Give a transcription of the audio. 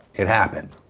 it happened.